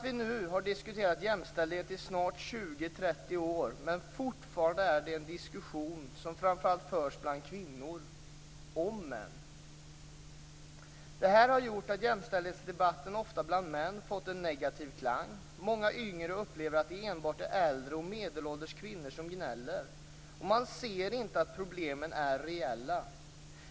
Vi har nu diskuterat jämställdhet i snart 20-30 år, men fortfarande är det en diskussion som framför allt förs bland kvinnor om män. Det här har gjort att jämställdhetsdebatten ofta bland män fått en negativ klang. Många yngre upplever att det enbart är äldre och medelålders kvinnor som gnäller. Och man ser inte att problemen är reella.